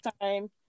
time